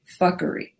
fuckery